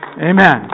Amen